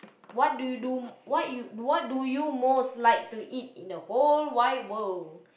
what do you most like to eat in the whole wide world